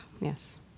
Yes